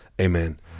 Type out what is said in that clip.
Amen